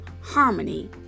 harmony